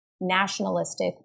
nationalistic